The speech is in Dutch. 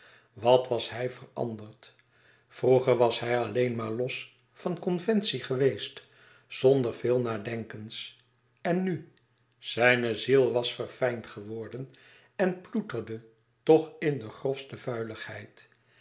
wat was hij veranderd vroeger was hij alleen maar los van conventie geweest zonder veel nadenkens en nu zijne ziel was verfijnd geworden en ploeterde toch in de grofste vuiligheid